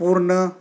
पूर्ण